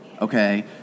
okay